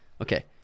Okay